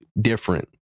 different